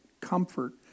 comfort